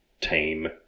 team